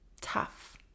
tough